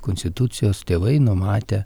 konstitucijos tėvai numatę